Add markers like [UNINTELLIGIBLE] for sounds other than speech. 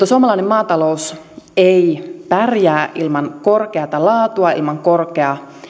[UNINTELLIGIBLE] suomalainen maatalous ei pärjää ilman korkeata laatua ilman korkeaa